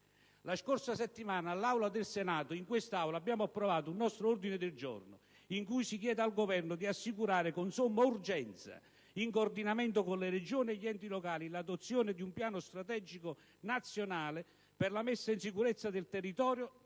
La scorsa settimana l'Aula del Senato ha approvato un nostro ordine del giorno in cui si chiede al Governo di assicurare con somma urgenza, in coordinamento con le Regioni e gli enti locali, l'adozione di un piano strategico nazionale per la messa in sicurezza del territorio